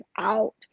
out